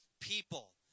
people